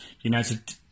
United